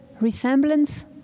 Resemblance